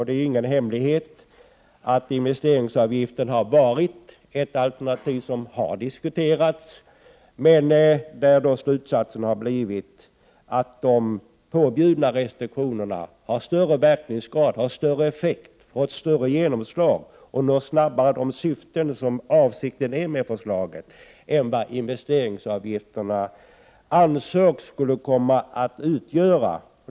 Det är ingen hemlighet att investeringsavgiften är ett alternativ som har diskuterats, men slutsatsen har blivit att de påbjudna restriktionerna har större verkningsgrad och större genomslagskraft och att man snabbare når de syften som avses med det förslaget än vad man skulle uppnå med investeringsavgifterna.